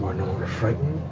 no longer frightened.